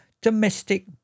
Domestic